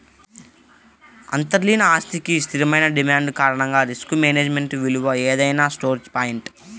అంతర్లీన ఆస్తికి స్థిరమైన డిమాండ్ కారణంగా రిస్క్ మేనేజ్మెంట్ విలువ ఏదైనా స్టోర్ పాయింట్